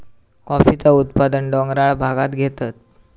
कॉफीचा उत्पादन डोंगराळ भागांत घेतत